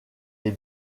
les